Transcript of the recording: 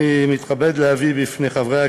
אני מתכבד להביא בפני חברי הכנסת,